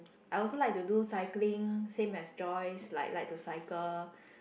I also like to do cycling same as Joyce like like to cycle